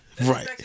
Right